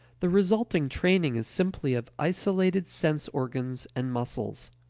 the resulting training is simply of isolated sense organs and muscles.